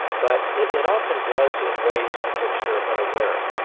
but it often does in ways of which they're unaware.